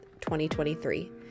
2023